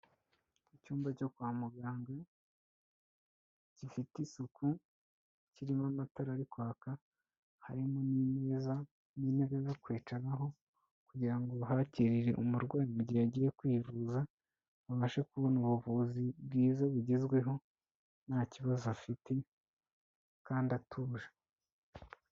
Icyumba cyo kwa muganga gifite isuku, kirimo amatara ari kwaka, harimo n'imeza n'intebe zo kwicaraho kugira ngo bahakiririre umurwayi mu gihe agiye kwivuza, abashe kubona ubuvuzi bwiza bugezweho nta kibazo afite kandi atuje.